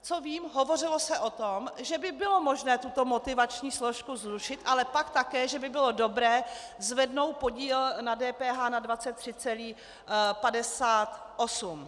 Co vím, hovořilo se o tom, že by bylo možné tuto motivační složku zrušit, ale pak také, že by bylo dobré zvednout podíl na DPH na 23,58.